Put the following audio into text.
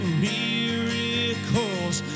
miracles